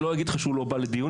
שלא יגיד לך שהוא לא בא לדיונים,